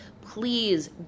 please